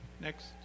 Next